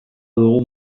dugu